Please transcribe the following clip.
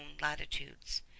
latitudes